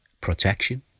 protection